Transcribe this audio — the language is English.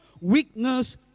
weakness